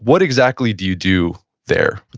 what exactly do you do there? but